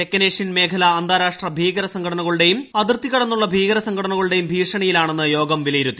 തെക്കനേഷ്യൻ മേഖല അന്താരാഷ്ട്ര ഭീകരസംഘടനകളുടേയും അതിർത്തി കടന്നുള്ള ഭീകരസംഘടനകളുടേയും ഭീഷണിയിലാണെന്ന് യോഗം വിലയിരുത്തി